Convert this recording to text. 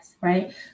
right